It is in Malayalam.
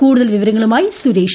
കൂടുതൽ വിവരങ്ങളുമായി സുരേഷ്